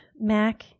Mac